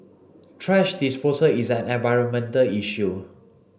thrash disposal is an environmental issue